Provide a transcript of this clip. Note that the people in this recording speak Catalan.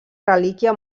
relíquia